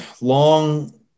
long